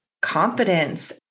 confidence